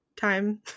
time